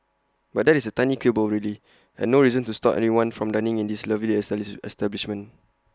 but that is A tiny quibble really and no reason to stop anyone from dining in this lovely establish establishment